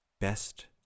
best